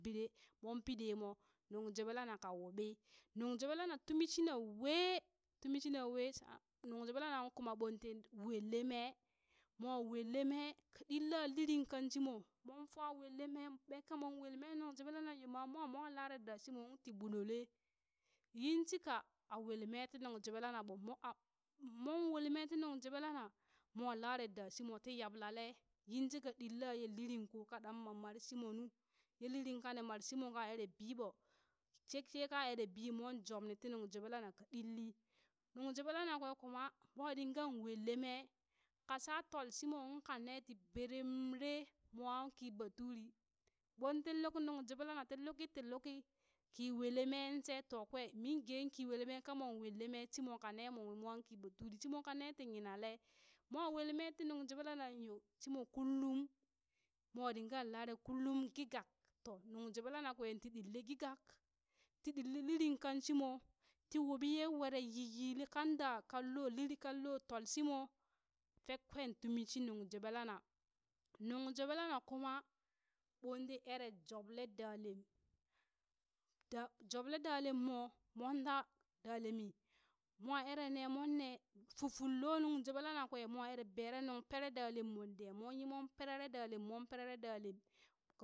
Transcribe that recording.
Bire mon pi ɗemo nung joɓe lana ka wuɓi nung joɓe lana tumishina we tumi shina we shang nung joɓe lana kung kuma monti wolle me, mo wolle me, ka ɗilla liring kan shimo mon fa wolle me ɓe kamon woll me nuŋ joɓe lanang yo ma mwo lare da shimo ung ti ɓunole yinshika a woll me ti nung joɓelana ɓo mo a mon wol me ti nuŋ joɓe lana mwa lare dashimo ti yaɓlale yinshika ɗilla ye liring ko ka ɗan mammare shimo nu ye liring kani mar shimo ka erebi ɓo fek she ka ere bi mon jobni ti nung joɓe lana ka ɗilli nung joɓe lana kwe kuma mwa ɗingan wolle mee ka sha tol shimo ung kane ti beremre mwan ki baduri ɓon ti luk nung joɓe lana ti luki ti luki ki wole men she to kwen min gen ki wole mee ka mon wolle mee shimo kane mowi mwan ki baduri shimo kane ti yinale mwa woll me ti nuŋ joɓe lanang yo shimo kullum mwa ɗingan lare kullum gigak to nuŋ joɓelana kwe ti ɗilli gigak shi ɗilli liring kan shimo ti wuɓi ye were yiyyili kanda kalo liring kan lo tol shimo fek kwen tumi shi nung joɓe lana nung joɓe lana kuma ɓon ti ere joɓle da lem da joɓle da lemmo monta da lemi mwa ere ne monne fuful lo nuŋ joɓe lana kwe mo ere bere nung pere dalemmon de monyi mon perere dalem mon perere dalem ka